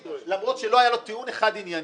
למרות שלא היה לו טיעון אחד ענייני,